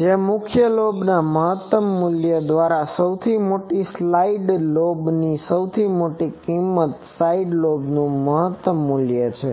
જે મુખ્ય લોબના મહત્તમ મૂલ્ય દ્વારા સૌથી મોટી સાઇડ લોબની સૌથી મોટી કિંમત સાઇડ લોબનું મહત્તમ મૂલ્ય છે